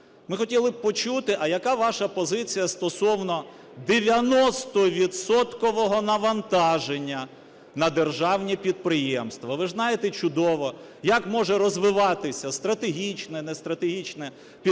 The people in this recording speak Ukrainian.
Ми хотіли б почути, а яка ваша позиція стосовно 90-відсоткового навантаження на державні підприємства. Ви ж знаєте чудово, як може розвиватися стратегічне, нестратегічне підприємство,